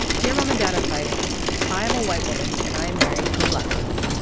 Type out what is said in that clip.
dear mom and dad are fighting i am a white woman and i am married to a black woman.